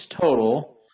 total